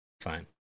Fine